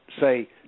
say